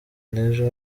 n’ejo